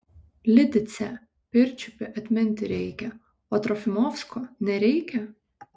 lidicę pirčiupį atminti reikia o trofimovsko nereikia